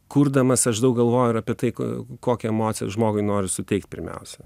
kurdamas aš daug galvoju ir apie tai ko kokią emociją žmogui noriu suteikt pirmiausia